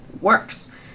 works